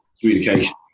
communication